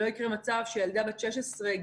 שלא יקרה מצב שילדה בת 16,